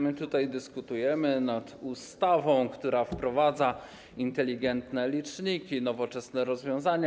My tutaj dyskutujemy nad ustawą, która wprowadza inteligentne liczniki, nowoczesne rozwiązania.